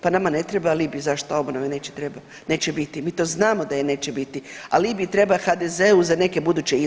Pa nama ne treba alibi zašto obnove neće biti, mi to znamo da je neće biti, alibi treba HDZ-u za neke buduće izbore.